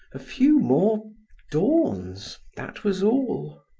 a few more dawns, that was all.